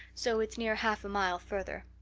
so it's near half a mile further.